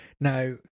now